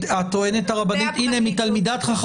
הצעת חוק